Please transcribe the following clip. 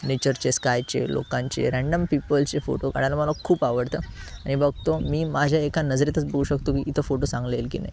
नेचरचे स्कायचे लोकांचे रँडम पिपलचे फोटो काढायला मला खूप आवडतं मी बघतो मी माझ्या एका नजरेतच बघू शकतो की इथं फोटो चांगले येईल की नाही